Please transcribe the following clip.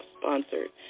sponsored